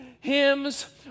hymns